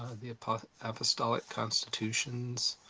the but apostolic constitutions,